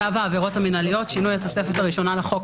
צו העבירות המינהליות (שינוי התוספת הראשונה לחוק),